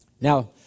Now